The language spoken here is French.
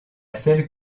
celle